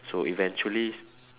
so eventually